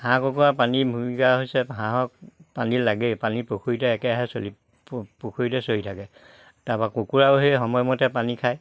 হাঁহ কুকুৰা পানীৰ ভূমিকা হৈছে হাঁহক পানী লাগেই পানী পুখুৰীতে একেৰাহে চলি পুখুৰীতে চৰি থাকে তাৰপা কুকুৰাও সেই সময়মতে পানী খায়